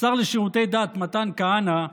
השר לשירותי דת מתן כהנא,